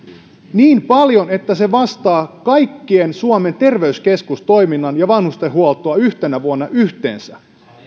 niin paljon että se vastaa kaikkien suomen terveyskeskusten toimintaa ja vanhustenhuoltoa yhtenä vuonna yhteensä